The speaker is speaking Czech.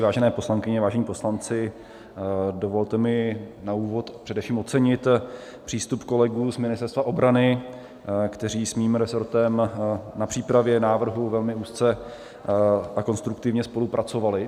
Vážené poslankyně, vážení poslanci, dovolte mi na úvod především ocenit přístup kolegů z Ministerstva obrany, kteří s mým rezortem na přípravě návrhu velmi úzce a konstruktivně spolupracovali.